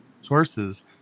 sources